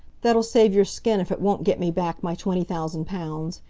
that'll save your skin if it won't get me back my twenty thousand pounds.